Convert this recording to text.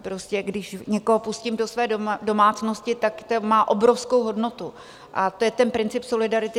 Prostě když někoho pustím do své domácnosti, tak to má obrovskou hodnotu, a to je ten princip solidarity.